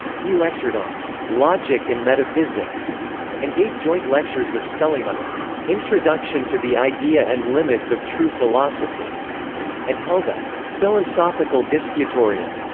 he lectured on logic and metaphysics and gave joint lectures with schelling on an introduction to the idea and limits of true philosophy and held a philosophical disputorium.